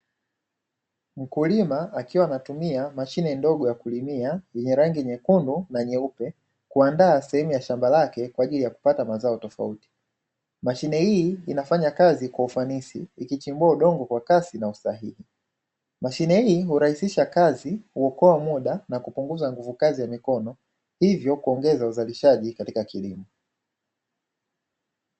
Mkulima akiwa anatumia mashine ndogo ya kulimia vyenye rangi nyekundu na nyeupe kuandaa sehemu ya shamba lake, kwa ajili ya kupata mazao tofauti mashine hii inafanya kazi kwa ufanisi ikichimbua udongo kwa kasi na usahihi mashine hii hurahisisha kazi huokoa muda na kupunguza nguvu kazi ya mikono hivyo kuongeza uzalishaji katika kilimo.